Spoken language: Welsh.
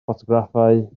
ffotograffau